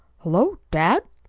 hullo! dad?